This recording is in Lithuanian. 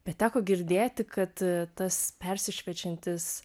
bet teko girdėti kad tas persišviečiantis